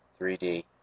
3D